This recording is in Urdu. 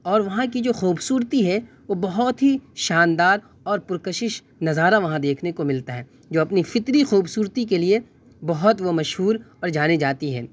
اور وہاں کی جو خوبصورتی ہے وہ بہت ہی شاندار اور پرکشش نظارہ وہاں دیکھنے کو ملتا ہے جو اپنی فطری خوبصورتی کے لیے بہت وہ مشہور اور جانی جاتی ہے